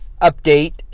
update